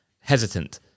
hesitant